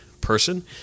person